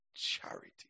charity